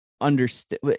understand